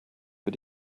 für